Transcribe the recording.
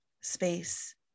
space